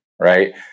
Right